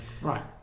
Right